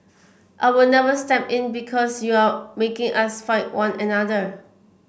I will never step in because you are making us fight one another